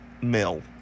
Mill